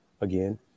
again